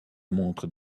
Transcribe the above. montre